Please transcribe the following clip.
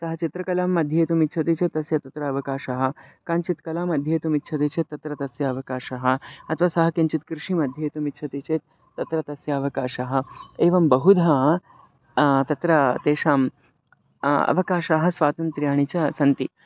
सः चित्रकलाम् अध्येतुम् इच्छति चेत् तस्य तत्र अवकाशः काञ्चित् कलाम् अध्येतुम् इच्छति चेत् तत्र तस्य अवकाशः अथवा सः किञ्चित् कृषिम् अध्येतुम् इच्छति चेत् तत्र तस्य अवकाशः एवं बहुधा तत्र तेषाम् अवकाशः स्वातन्त्र्याणि च सन्ति